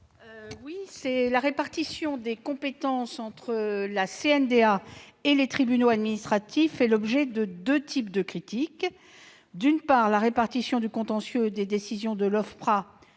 ministre. La répartition des compétences entre la CNDA et les tribunaux administratifs fait l'objet de deux types de critiques. D'une part, la répartition du contentieux des décisions de l'OFPRA